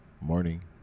Morning